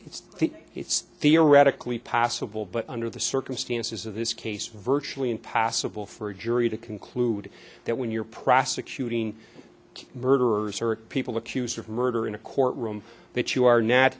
it's it's theoretically possible but under the circumstances of his case virtually impossible for a jury to conclude that when you're prosecuting murderers or people accused of murder in a court room that you are not